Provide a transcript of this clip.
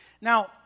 Now